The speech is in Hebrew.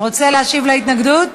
רוצה להשיב על ההתנגדות?